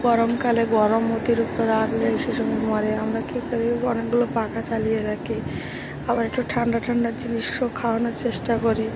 গরমকালে গরম অতিরিক্ত রাখলে সে সময় মরে আমরা কী করি অনেকগুলো পাখা চালিয়ে রাখি আবার একটু ঠান্ডা ঠান্ডা জিনিসও খাওয়ানোর চেষ্টা করি